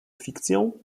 fikcją